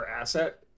asset